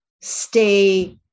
stay